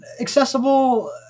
accessible